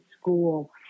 school